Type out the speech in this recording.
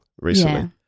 recently